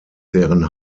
deren